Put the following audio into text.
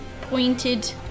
pointed